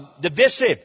divisive